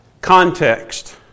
Context